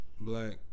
black